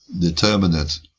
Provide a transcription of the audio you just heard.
determinate